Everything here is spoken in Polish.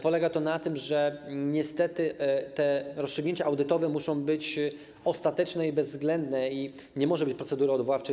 Polega to na tym, że niestety te rozstrzygnięcia audytowe muszą być ostateczne i bezwzględne i nie może być procedury odwoławczej.